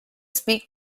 speak